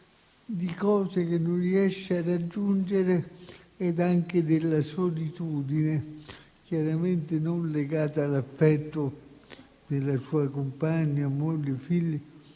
di cose che non riesce a raggiungere e anche della solitudine, chiaramente non legata all'affetto di sua moglie e dei